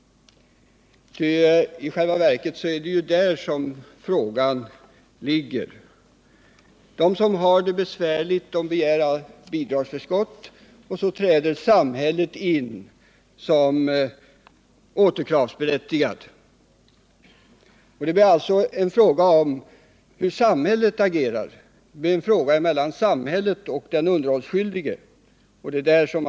Det är där som huvudpro 39 blemet finns. De som har det besvärligt begär bidragsförskott, varpå samhället träder in som återkravsberättigad part. Det hela blir alltså en ekonomisk fråga mellan samhället och den underhållsskyldige.